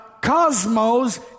cosmos